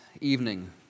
evening